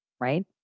right